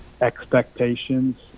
expectations